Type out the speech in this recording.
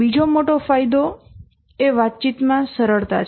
બીજો મોટો ફાયદો એ વાતચીતમાં સરળતા છે